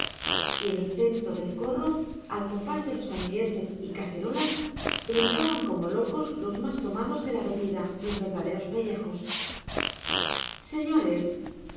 y en el centro del corro al compás de los almireces y cacerolas brincaban como locos los más tomados de la bebida los verdaderos pellejos